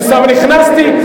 לא התכוונתי,